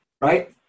Right